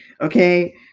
okay